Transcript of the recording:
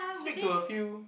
speak to a few